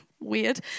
Weird